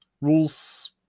rules